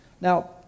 Now